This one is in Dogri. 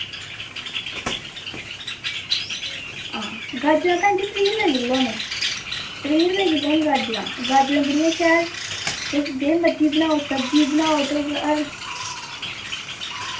हां गाजरां भैन जी त्रीह् रपेऽ किल्लो न त्रीह् रपेऽ किल्लो न गाजरां गाजरां बड़ियां शैल तुस जे मर्जी बनाओ सब्जी बनाओ तुस होर